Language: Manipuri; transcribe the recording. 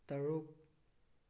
ꯇꯔꯨꯛ